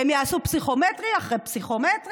הם יעשו פסיכומטרי אחרי פסיכומטרי,